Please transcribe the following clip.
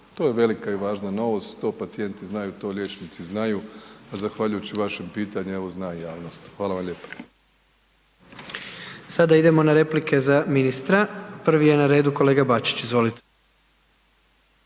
To je velika i važna novost, to pacijenti znaju, to liječnici znaju, a zahvaljujući evo vašem pitanju zna i javnost. Hvala vam lijepa. **Jandroković, Gordan (HDZ)** Sada idemo na replike za ministra. Prvi je na redu kolega Bačić. Izvolite.